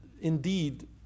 indeed